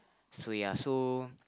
so ya so